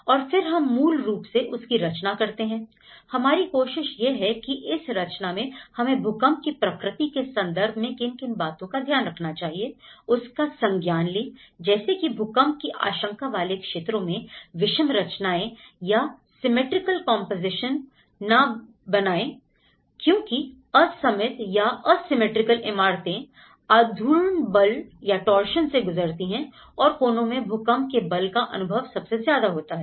और फिर हम मूल रूप से उसकी रचना करते हैं हमारी कोशिश यह है कि इस रचना में हमें भूकंप की प्रकृति के संदर्भ में किन किन बातों का ध्यान रखना चाहिए उसका संज्ञान ले जैसे कि भूकंप की आशंका वाले क्षेत्रों में विषम रचनाएं या और सिमिट्रिकल कंपोजिशन ना बनाएं क्योंकि असममित या असिमिट्रिकल इमारतें आघूर्ण बल से गुजरती हैं और कोनों में भूकंप के बल का अनुभव सबसे ज्यादा होता है